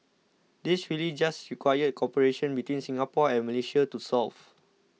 these really just required cooperation between Singapore and Malaysia to solve